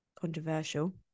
Controversial